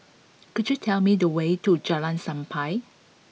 could you tell me the way to Jalan Sappan